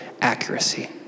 accuracy